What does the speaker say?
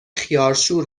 خیارشور